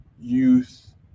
youth